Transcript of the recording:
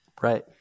right